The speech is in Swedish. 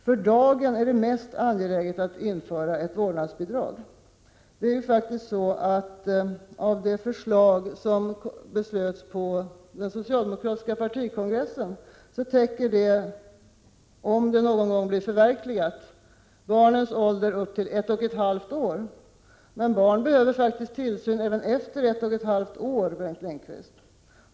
För dagen är det mest angeläget att införa ett vårdnadsbidrag. Det beslut som fattades av den socialdemokratiska partikongressen täcker, om det någon gång blir förverkligat, barnens tillsyn upp till ett och ett halvt år. Men barn behöver faktiskt tillsyn även efter ett och ett halvt år, Bengt Lindqvist.